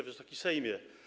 Wysoki Sejmie!